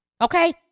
okay